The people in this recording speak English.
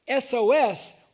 SOS